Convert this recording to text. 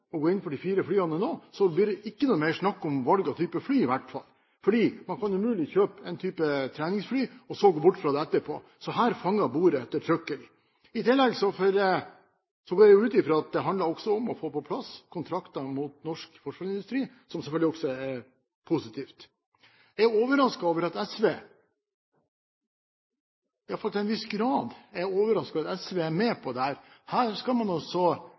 å gå inn for de fire flyene nå blir det ikke noe mer snakk om valg av type fly i hvert fall, fordi man umulig kan kjøpe en type treningsfly og så gå bort fra det etterpå. Så her fanger bordet ettertrykkelig. I tillegg går jeg ut fra at det også handler om å få på plass kontrakter mot norsk forsvarsindustri, som selvfølgelig også er positivt. Jeg er – i hvert fall til en viss grad – overrasket over at SV er med på dette. Her skal man